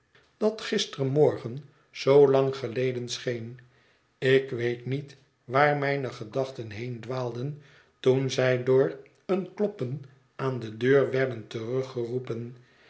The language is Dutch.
dat gistermorgen zoo lang geleden scheen ik weet niet waar mijne gedachten heen dwaalden toen zij door een kloppen aan de deur werden